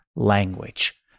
language